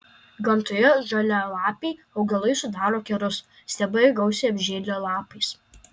gamtoje žalialapiai augalai sudaro kerus stiebai gausiai apžėlę lapais